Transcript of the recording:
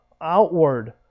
outward